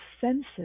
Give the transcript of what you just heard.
senses